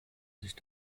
nicht